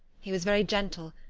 he was very gentle,